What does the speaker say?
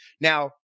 Now